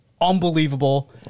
unbelievable